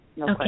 Okay